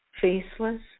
faceless